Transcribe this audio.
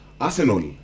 Arsenal